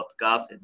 podcast